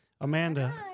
Amanda